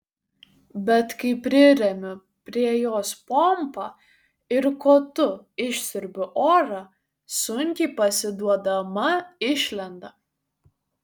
bet kai priremiu prie jos pompą ir kotu išsiurbiu orą sunkiai pasiduodama išlenda